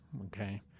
Okay